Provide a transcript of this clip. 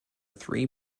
three